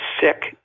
sick